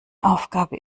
aufgabe